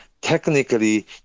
technically